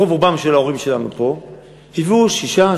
רוב רובם של ההורים שלנו פה הביאו שישה,